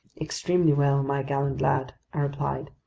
extremely well, my gallant lad, i replied.